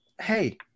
Hey